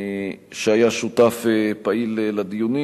שהיה שותף פעיל לדיונים.